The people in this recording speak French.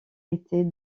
étaient